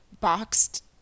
boxed